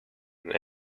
and